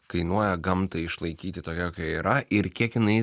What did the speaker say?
kainuoja gamtą išlaikyti tokią kokia yra ir kiek jinai